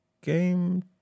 game